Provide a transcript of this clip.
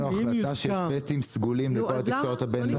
החלטה שיש ווסטים סגולים לכל התקשורת הבין לאומית.